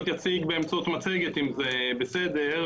עד אז לא היו לנו במדינה יעדים ארוכי טווח לדיור,